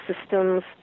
systems